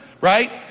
right